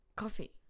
Coffee